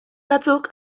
batzuk